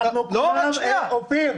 אופיר,